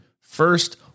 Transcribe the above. First